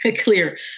clear